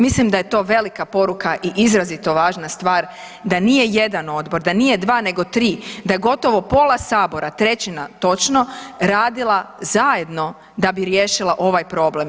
Mislim da je to velika poruka i izrazito važna stvar da nije jedna odbor, da nije dva, nego tri, da je gotovo pola sabora, trećina točno radila zajedno da bi riješila ovaj problem.